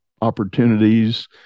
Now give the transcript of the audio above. opportunities